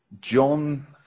John